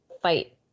fight